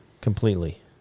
Completely